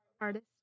artist